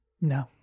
No